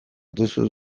duzu